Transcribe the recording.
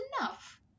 enough